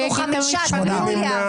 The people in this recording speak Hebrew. נפל.